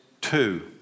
two